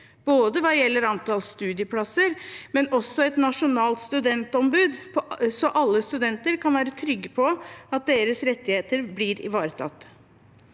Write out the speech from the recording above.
både hva gjelder antall studieplasser, og også når det gjelder et nasjonalt studentombud, så alle studenter kan være trygge på at deres rettigheter blir ivaretatt.